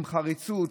עם חריצות.